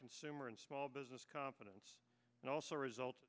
consumer and small business confidence and also result